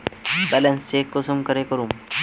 Balance check कुंसम करे करूम?